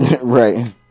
Right